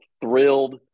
thrilled